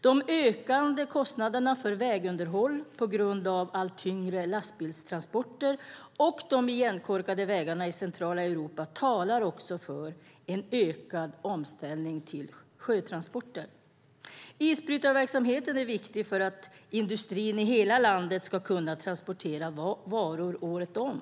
De ökande kostnaderna för vägunderhåll på grund av allt tyngre lastbilstransporter och de igenkorkade vägarna i centrala Europa talar också för en ökad omställning till sjötransporter. Isbrytarverksamheten är viktig för att industrin i hela landet ska kunna transportera varor året om.